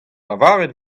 lavaret